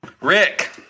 Rick